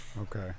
Okay